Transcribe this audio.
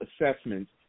assessments